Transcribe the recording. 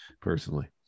personally